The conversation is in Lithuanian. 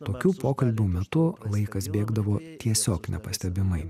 tokių pokalbių metu laikas bėgdavo tiesiog nepastebimai